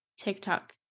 TikTok